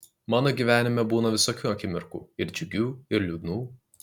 mano gyvenime būna visokių akimirkų ir džiugių ir liūdnų